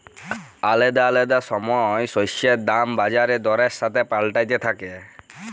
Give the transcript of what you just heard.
আলাদা আলাদা সময় শস্যের দাম বাজার দরের সাথে পাল্টাতে থাক্যে